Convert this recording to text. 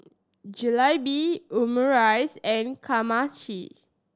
Jalebi Omurice and Kamameshi